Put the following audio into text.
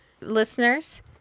listeners